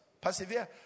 Persevere